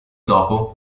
dopo